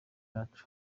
yacu